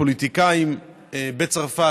פוליטיקאים בצרפת,